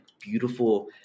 beautiful